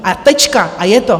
A tečka a je to.